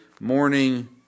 morning